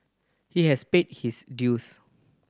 he has paid his dues